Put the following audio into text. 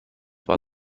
war